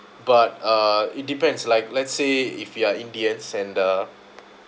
but uh it depends like let's say if you are indians and the